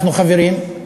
אנחנו חברים,